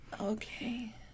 Okay